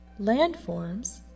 Landforms